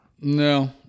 No